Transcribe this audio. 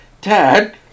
Dad